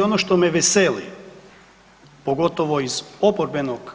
Ono što me veseli, pogotovo iz oporbenog